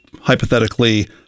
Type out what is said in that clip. hypothetically